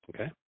Okay